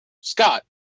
Scott